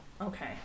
Okay